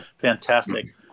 Fantastic